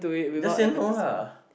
just say no lar